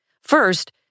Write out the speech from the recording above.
First